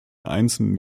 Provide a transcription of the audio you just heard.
einzelne